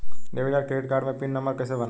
Debit या credit card मे pin number कैसे बनाएम?